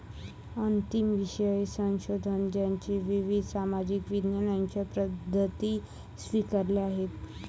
अंतिम विषय संशोधन ज्याने विविध सामाजिक विज्ञानांच्या पद्धती स्वीकारल्या आहेत